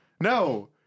no